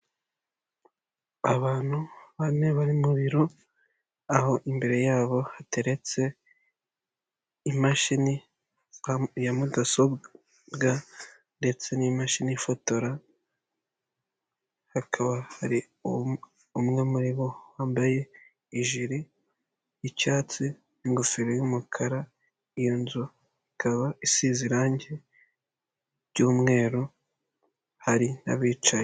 Abantu bane bari mu biro, aho imbere yabo hateretse imashini ya mudasobwa, ndetse n'imashini ifotora, hakaba hari umwe muri bo wambaye ijiri y'icyatsi n'ingofero y'umukara, inzu ikaba isize irangi ry'umweru, hari n'abicaye.